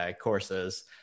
courses